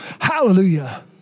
Hallelujah